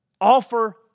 offer